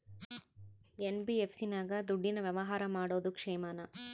NBFC ನಾಗ ದುಡ್ಡಿನ ವ್ಯವಹಾರ ಮಾಡೋದು ಕ್ಷೇಮಾನ?